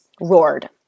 roared